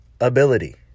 ability